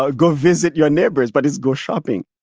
ah go visit your neighbors but it's go shopping